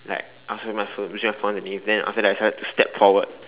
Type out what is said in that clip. like after fall underneath after that I started to step forward